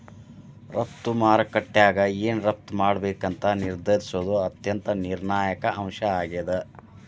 ರಫ್ತು ಮಾರುಕಟ್ಯಾಗ ಏನ್ ರಫ್ತ್ ಮಾಡ್ಬೇಕಂತ ನಿರ್ಧರಿಸೋದ್ ಅತ್ಯಂತ ನಿರ್ಣಾಯಕ ಅಂಶ ಆಗೇದ